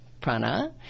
Prana